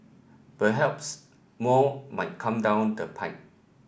perhaps more might come down the pike